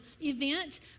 event